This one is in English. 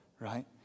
right